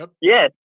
Yes